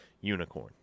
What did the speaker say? unicorn